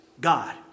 God